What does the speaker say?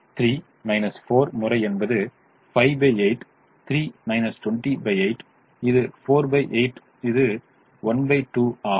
எனவே 3 4 முறை என்பது 58 3 208 இது 48 இது 12 ஆகும்